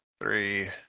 three